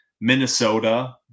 minnesota